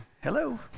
hello